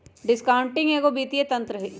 discounting एगो वित्तीय तंत्र हइ